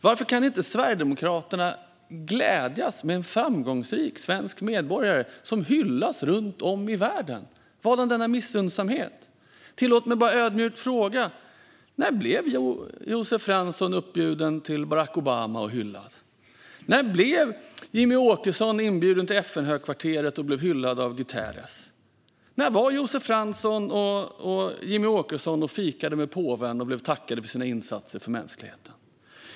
Varför kan inte Sverigedemokraterna glädjas med en framgångsrik svensk medborgare som hyllas runt om i världen? Vadan denna missunnsamhet? Tillåt mig bara ödmjukt fråga när Josef Fransson blev bjuden till Barack Obama och hyllad av honom. När blev Jimmie Åkesson inbjuden till FN-högkvarteret och hyllad av Guterres? När var Josef Fransson och Jimmie Åkesson och fikade med påven och tackades för sina insatser för mänskligheten?